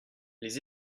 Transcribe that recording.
les